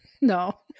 No